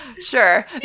sure